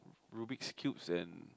rubiks cube and